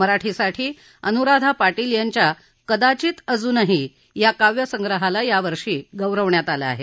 मराठीसाठी अनुराधा पाटील यांच्या कदाचित अजुनही या काव्यसंग्रहाला यावर्षी गौरवण्यात आलं आहे